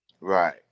Right